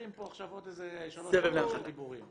פה עכשיו עוד איזה שלוש דקות של דיבורים.